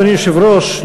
אדוני היושב-ראש,